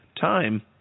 Time